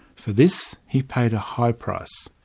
for this, he paid a high price.